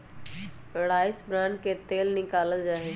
rice bran से तेल निकाल्ल जाहई